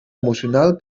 emocional